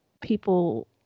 people